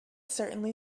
certainly